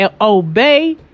obey